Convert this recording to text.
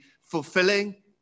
fulfilling